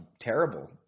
terrible